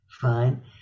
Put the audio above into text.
fine